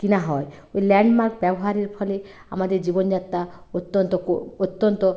কেনা হয় ঐ ল্যান্ডমার্ক ব্যবহারের ফলে আমাদের জীবনযাত্রা অত্যন্ত কো অত্যন্ত